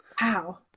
Wow